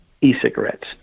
e-cigarettes